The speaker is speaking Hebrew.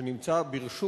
שנמצא ברשות